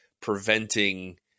preventing